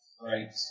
Right